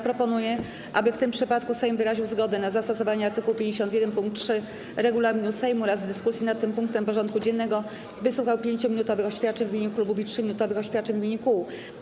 Proponuję, aby w tym przypadku Sejm wyraził zgodę na zastosowanie art. 51 pkt 3 regulaminu Sejmu oraz w dyskusji nad tym punktem porządku dziennego wysłuchał 5-minutowych oświadczeń w imieniu klubów i 3-minutowych oświadczeń w imieniu kół.